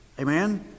Amen